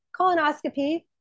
colonoscopy